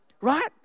right